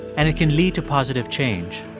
and it can lead to positive change.